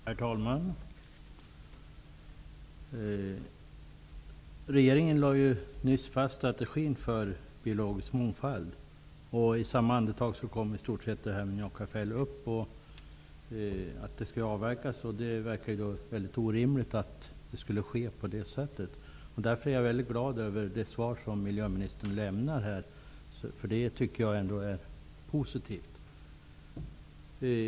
Herr talman! Regeringen lade nyss fast strategin för biologisk mångfald. I stort sett i samma andetag kom det upp att Njakafjäll skall avverkas. Det verkade väldigt orimligt att det skulle ske. Därför är jag väldigt glad över det svar som miljöministern här har lämnat. Det tycker jag ändå är positivt.